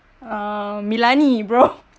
uh milani bro